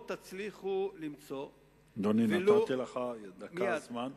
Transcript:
נתתי לך זמן.